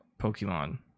Pokemon